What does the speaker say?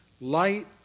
light